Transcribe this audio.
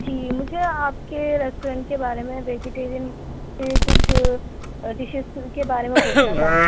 جی مجھے آپ کے ریسٹورینٹ کے بارے میں ویجیٹیرین کے کچھ ڈشیز کے بارے میں پوچھنا تھا